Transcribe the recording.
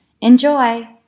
Enjoy